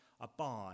abide